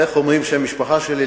איך אומרים את שם המשפחה שלי,